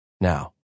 Now